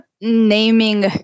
naming